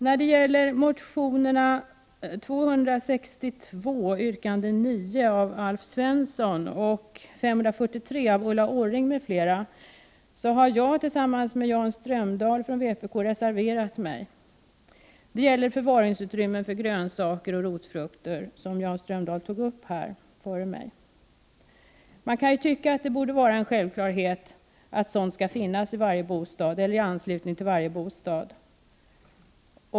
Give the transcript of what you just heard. När det gäller motionerna Bo262, yrkande 9, av Alf Svensson och Bo543 av Ulla Orring m.fl. har jag tillsammans med Jan Strömdahl från vpk reserverat mig. Reservationen gäller förvaringsutrymme för grönsaker och rotfrukter, som Jan Strömdahl nyss talade om här. Man kan tycka att det borde vara självklart att sådana utrymmen skall finnas i eller i anslutning till varje bostad.